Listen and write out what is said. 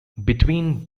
between